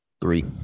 Three